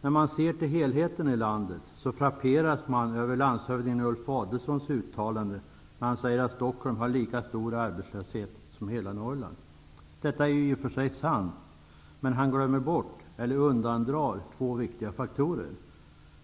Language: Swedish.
När man ser till helheten i landet, frapperas man av landshövding Ulf Adelsohns uttalande att Stockholm har lika stor arbetslöshet som hela Norrland. Detta är i och för sig sant. Men han glömmer bort eller undandrar två viktiga faktorer: